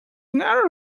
narrow